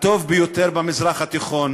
הטוב ביותר במזרח התיכון?